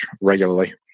regularly